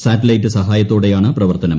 satellite സ്ക്ക്യത്തോടെയാണ് പ്രവർത്തനം